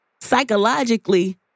psychologically